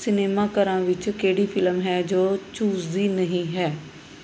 ਸਿਨੇਮਾਘਰਾਂ ਵਿੱਚ ਕਿਹੜੀ ਫਿਲਮ ਹੈ ਜੋ ਚੂਜ਼ਦੀ ਨਹੀਂ ਹੈ